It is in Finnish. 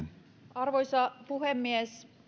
arvoisa puhemies